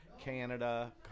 Canada